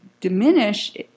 diminish